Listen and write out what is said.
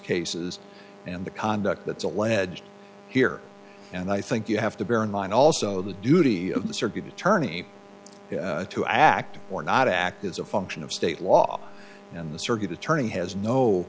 cases and the conduct that's alleged here and i think you have to bear in mind also the duty of the circuit attorney to act or not act is a function of state law and the circuit attorney has no